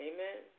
Amen